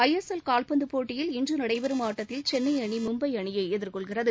ஐ S L கால்பந்து போட்டியில் இன்று நடைபெறும் ஆட்டத்தில் சென்னை அணி மும்பை அணியை எதிர்கொள்கிறது